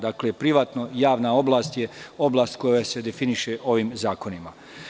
Dakle, privatno-javna oblast je oblast koja se definiše ovim zakonima.